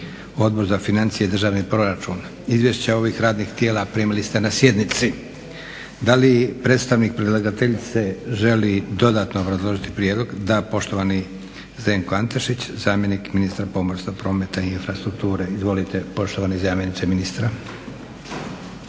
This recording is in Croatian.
Odbor za financije i državni proračun. Izvješća ovih radnih tijela primili ste na sjednici. Da li predstavnik predlagateljice želi dodatno obrazložiti prijedlog? Da. Poštovani Zdenko Antešić, zamjenik ministra pomorstva, promete i infrastrukture. Izvolite poštovani zamjeniče ministra.